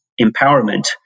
empowerment